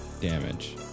damage